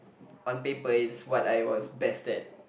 on paper it's what I was best at